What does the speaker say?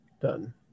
done